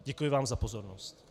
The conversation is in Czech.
Děkuji vám za pozornost.